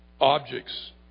Objects